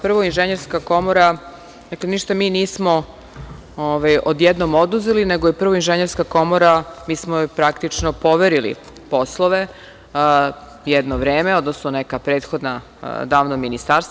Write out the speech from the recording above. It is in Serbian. Prvo, Inženjerska komora, dakle ništa mi nismo odjednom oduzeli, nego je prvo Inženjerska komora, mi smo joj praktično poverili poslove jedno vreme, odnosno neka prethodna, davna ministarstva.